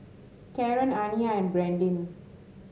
Karen Aniya and Brandin